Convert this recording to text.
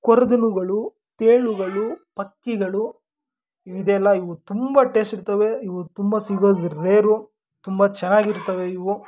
ಕೊರ್ದಲುಗಳು ತೇಲುಗಳು ಪಕ್ಕಿಗಳು ಇದೆಲ್ಲ ಇವು ತುಂಬ ಟೇಸ್ಟ್ ಇರ್ತವೆ ಇವು ತುಂಬ ಸಿಗೋದು ರೇರು ತುಂಬ ಚೆನ್ನಾಗಿರ್ತವೆ ಇವು